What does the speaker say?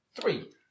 Three